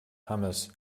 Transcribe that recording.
hummus